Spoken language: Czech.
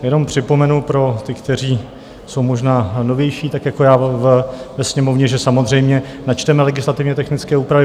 Jenom připomenu pro ty, kteří jsou možná novější tak jako já ve Sněmovně, že samozřejmě načteme legislativně technické úpravy.